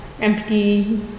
empty